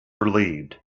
relieved